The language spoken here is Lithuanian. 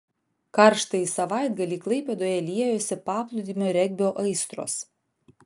karštąjį savaitgalį klaipėdoje liejosi paplūdimio regbio aistros